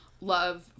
love